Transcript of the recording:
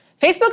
Facebook